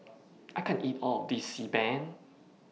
I can't eat All of This Xi Ban